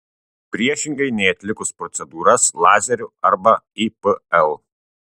priešingai nei atlikus procedūras lazeriu arba ipl